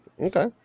Okay